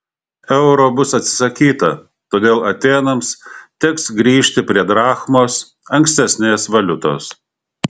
euro bus atsisakyta todėl atėnams teks grįžti prie drachmos ankstesnės valiutos